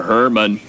Herman